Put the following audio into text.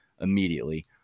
immediately